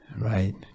right